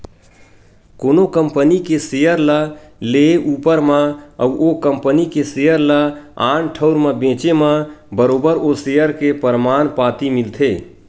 कोनो कंपनी के सेयर ल लेए ऊपर म अउ ओ कंपनी के सेयर ल आन ठउर म बेंचे म बरोबर ओ सेयर के परमान पाती मिलथे